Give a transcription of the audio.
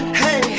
hey